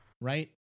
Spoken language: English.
Right